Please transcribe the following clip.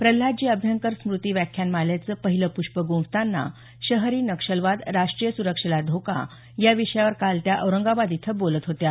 प्रल्हादजी अभ्यंकर स्मृती व्याख्यानमालेचं पहिलं पुष्प गुंफतांना शहरी नक्षलवाद राष्ट्रीय सुरक्षेला धोका या विषयावर काल त्या औरंगाबाद इथं बोलत होत्या